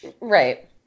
Right